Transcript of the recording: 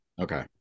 Okay